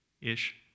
ish